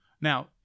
Now